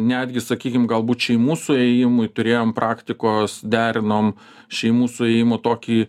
netgi sakykim galbūt šeimų suėjimui turėjom praktikos derinom šeimų suėjimo tokį